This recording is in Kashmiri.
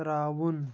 ترٛاوُن